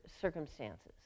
circumstances